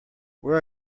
where